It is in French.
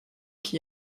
qui